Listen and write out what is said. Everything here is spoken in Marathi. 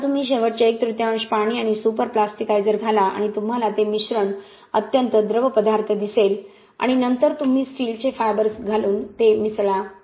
आता तुम्ही शेवटचे एक तृतीयांश पाणी आणि सुपरप्लास्टिकायझर घाला आणि तुम्हाला ते मिश्रण अत्यंत द्रवपदार्थ दिसले आणि नंतर तुम्ही स्टीलचे फायबर्स घालून ते मिसळा